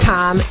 Tom